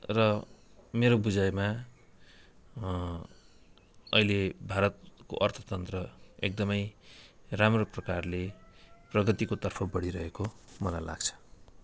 र मेरो बुझाइमा अहिले भारतको अर्थतन्त्र एकदमै राम्रो प्रकारले प्रगतिकोतर्फ बढिरहेको मलाई लाग्छ